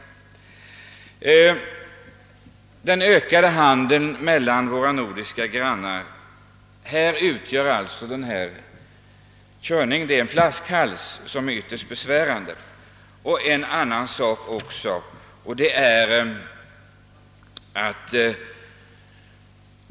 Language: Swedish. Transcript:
I den ökande handeln mellan våra nordiska grannar utgör dessa körningar en ytterst besvärlig flaskhals.